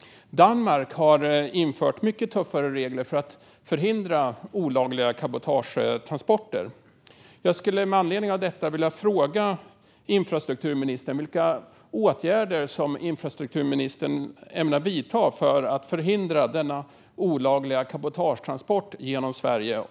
Danmark har infört mycket tuffare regler för att förhindra olagliga cabotagetransporter. Med anledning av detta vill jag fråga infrastrukturministern vilka åtgärder som infrastrukturministern ämnar vidta för att förhindra dessa olagliga cabotagetransporter genom Sverige.